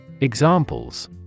Examples